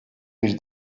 bir